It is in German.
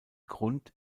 grund